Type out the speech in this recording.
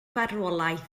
farwolaeth